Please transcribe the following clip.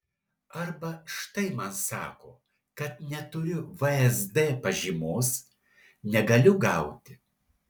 arba štai man sako kad neturiu vsd pažymos negaliu gauti